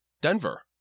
Denver